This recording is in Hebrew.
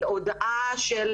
הודאה של